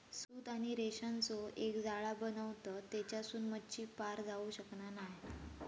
सूत आणि रेशांचो एक जाळा बनवतत तेच्यासून मच्छी पार जाऊ शकना नाय